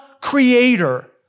creator